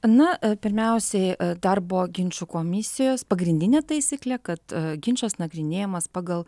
na pirmiausiai darbo ginčų komisijos pagrindinė taisyklė kad ginčas nagrinėjamas pagal